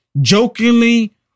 jokingly